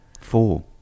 Four